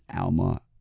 Alma